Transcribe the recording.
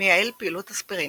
מייעל פעילות אספירין,